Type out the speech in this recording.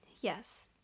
Yes